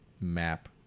map